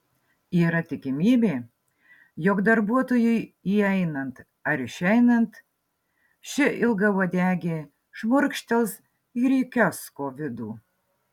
yra tikimybė jog darbuotojui įeinant ar išeinant ši ilgauodegė šmurkštels ir į kiosko vidų